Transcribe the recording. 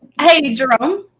hey, jerome?